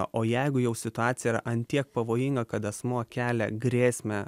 o jeigu jau situacija yra ant tiek pavojinga kad asmuo kelia grėsmę